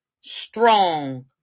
strong